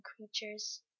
creatures